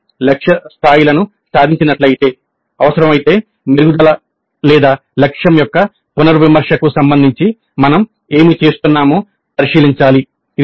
మేము లక్ష్య స్థాయిలను సాధించినట్లయితే అవసరమైతే మెరుగుదల లేదా లక్ష్యం యొక్క పునర్విమర్శకు సంబంధించి మనం ఏమి చేస్తున్నామో పరిశీలించాలి